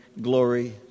glory